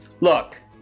look